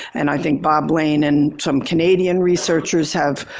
and i think bob lane and some canadian researchers have,